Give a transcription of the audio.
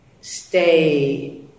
stay